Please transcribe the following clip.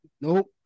Nope